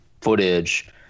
footage